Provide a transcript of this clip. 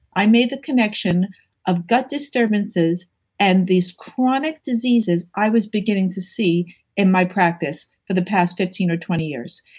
i made the connection of gut disturbances and these chronic diseases i was beginning to see in my practice for the past fifteen or twenty years.